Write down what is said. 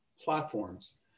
platforms